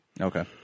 Okay